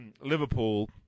Liverpool